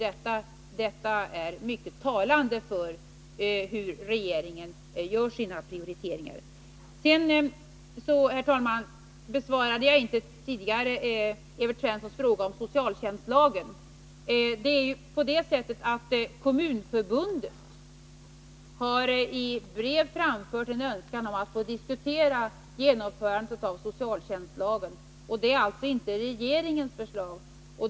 Det tycker jag är ett talande bevis för hur regeringen gör sina prioriteringar. Jag har ännu inte besvarat Evert Svenssons fråga om socialtjänstlagen. Kommunförbundet har i ett brev framfört en önskan om att få diskutera genomförandet av socialtjänstlagen. Förslaget kommer alltså inte från regeringen.